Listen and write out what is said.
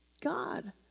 God